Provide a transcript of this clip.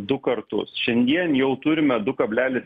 du kartus šiandien jau turime du kablelis